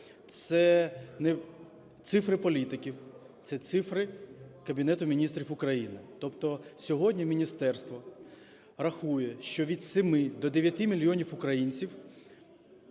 Це не цифри політиків, це цифри Кабінету Міністрів України. Тобто сьогодні міністерство рахує, що від семи до дев'яти мільйонів українців